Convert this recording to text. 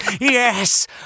Yes